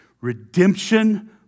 Redemption